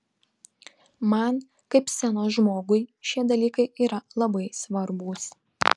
man kaip scenos žmogui šie dalykai yra labai svarbūs